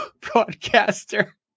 broadcaster